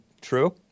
true